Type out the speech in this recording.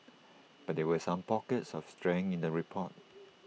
but there were some pockets of strength in the report